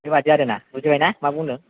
बेबादि आरो ना बुजिबाय ना मा बुंदों